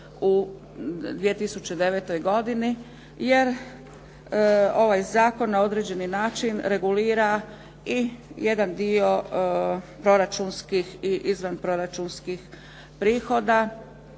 u 2009. godini jer ovaj zakon na određeni način regulira i jedan dio proračunskih i izvanproračunskih prihoda